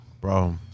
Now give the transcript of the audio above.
bro